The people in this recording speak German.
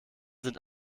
sind